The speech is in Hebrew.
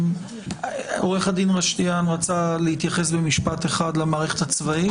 עו"ד רשתיאן רצה להתייחס במשפט אחד למערכת הצבאית.